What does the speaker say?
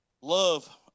Love